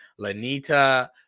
lanita